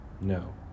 No